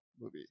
movie